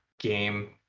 game